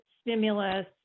stimulus